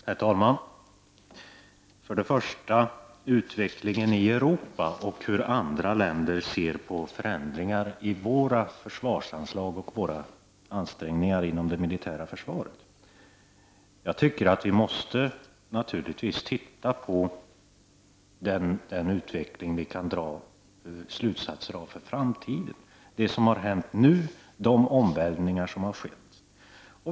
Herr talman! Först och främst utvecklingen i Europa och hur andra länder ser på förändringar i våra försvarsanslag och våra ansträngningar inom det militära försvaret. Vi måste naturligtvis titta på den utveckling vi kan dra slutsatser av för framtiden. Det har hänt saker nu, och det är omvälvningar som har skett.